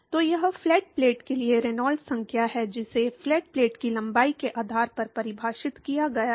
तो यह flat plate के लिए रेनॉल्ड्स संख्या है इसे फ्लैट प्लेट की लंबाई के आधार पर परिभाषित किया गया है